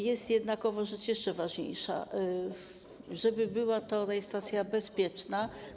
Jest jednakowoż rzecz jeszcze ważniejsza - żeby była to rejestracja bezpieczna.